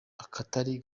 akatari